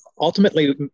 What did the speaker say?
ultimately